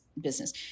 business